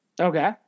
Okay